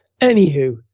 anywho